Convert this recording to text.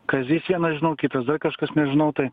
kazys vienas žinau kitas dar kažkas nežinau tai